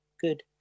good